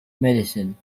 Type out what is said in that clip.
medicine